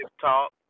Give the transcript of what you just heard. talk